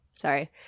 sorry